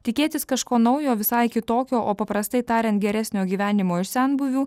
tikėtis kažko naujo visai kitokio o paprastai tariant geresnio gyvenimo iš senbuvių